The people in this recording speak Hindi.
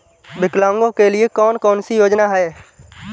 विकलांगों के लिए कौन कौनसी योजना है?